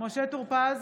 משה טור פז,